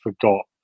forgot